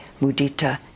Mudita